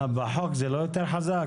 בחוק זה לא יותר חזק?